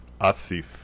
Asif